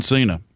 Cena